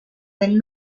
del